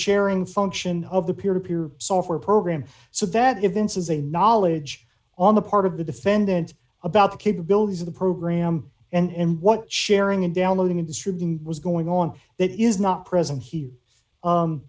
sharing function of the peer to peer software program so that events is a knowledge on the part of the defendant about the capabilities of the program and what sharing in downloading industry was going on that is not present he